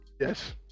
Yes